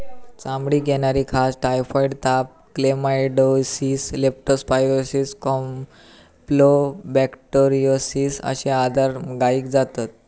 चामडीक येणारी खाज, टायफॉइड ताप, क्लेमायडीओसिस, लेप्टो स्पायरोसिस, कॅम्पलोबेक्टोरोसिस अश्ये आजार गायीक जातत